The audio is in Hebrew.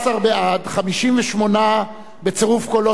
15 בעד, 58 נגד, בצירוף קולו של דן מרידור,